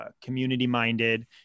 community-minded